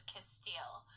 Castile